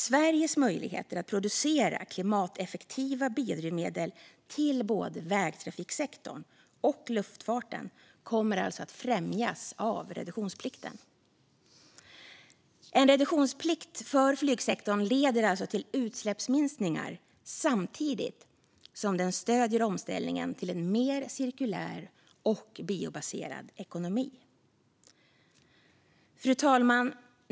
Sveriges möjligheter att producera klimateffektiva biodrivmedel till både vägtrafiksektorn och luftfarten kommer alltså att främjas av reduktionsplikten. En reduktionsplikt för flygsektorn leder alltså till utsläppsminskningar samtidigt som den stöder omställningen till en mer cirkulär och biobaserad ekonomi. Fru talman!